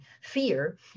fear